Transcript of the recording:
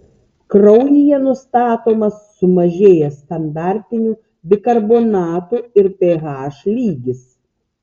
kraujyje nustatomas sumažėjęs standartinių bikarbonatų ir ph lygis